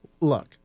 Look